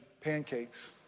pancakes